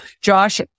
Josh